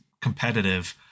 competitive